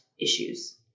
issues